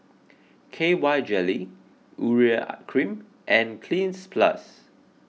K Y jelly Urea Cream and Cleanz Plus